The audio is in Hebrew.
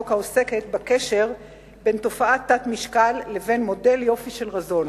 העוסקת בקשר בין תופעת תת-משקל לבין מודל יופי של רזון.